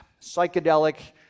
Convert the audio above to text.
psychedelic